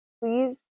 please